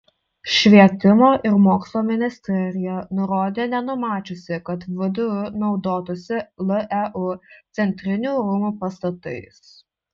švietimo ir mokslo ministerija nurodė nenumačiusi kad vdu naudotųsi leu centrinių rūmų pastatais